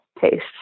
taste